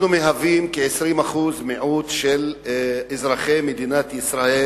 אנחנו מהווים מיעוט של כ-20% מאזרחי מדינת ישראל,